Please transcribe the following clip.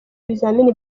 ibizami